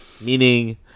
Meaning